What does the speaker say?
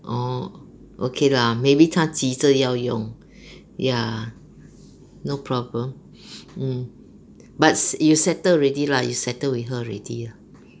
orh okay lah maybe 她急着要用 ya no problem mm but you settle already lah you settled with her already